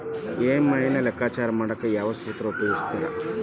EMI ನ ಲೆಕ್ಕಾಚಾರ ಮಾಡಕ ಯಾವ್ ಸೂತ್ರ ಉಪಯೋಗಿಸ್ತಾರ